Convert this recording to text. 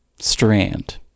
Strand